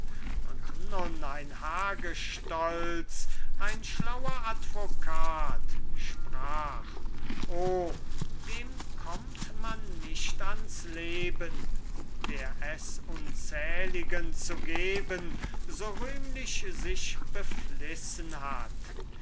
und nur ein hagestolz ein schlauer advokat sprach oh dem kömmt man nicht ans leben der es unzähligen zu geben so rühmlich sich beflissen hat